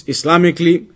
Islamically